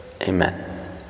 Amen